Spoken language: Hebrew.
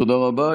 תודה רבה.